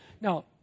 Now